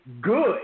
good